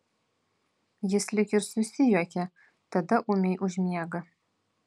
jis lyg ir susijuokia tada ūmiai užmiega